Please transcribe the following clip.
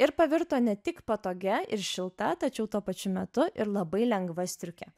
ir pavirto ne tik patogia ir šilta tačiau tuo pačiu metu ir labai lengva striuke